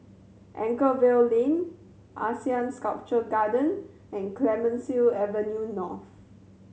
Anchorvale Lane ASEAN Sculpture Garden and Clemenceau Avenue North